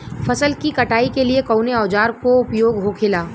फसल की कटाई के लिए कवने औजार को उपयोग हो खेला?